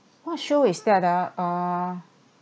what show is that ah